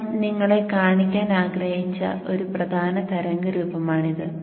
ഞാൻ നിങ്ങളെ കാണിക്കാൻ ആഗ്രഹിച്ച ഒരു പ്രധാന തരംഗ രൂപമാണിത്